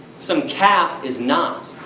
some calf is not.